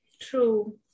True